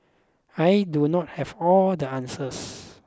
I do not have all the answers